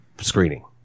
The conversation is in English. screening